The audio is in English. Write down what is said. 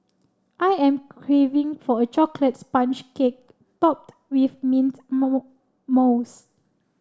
I am craving for a chocolate sponge cake topped with mint mousse